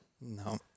No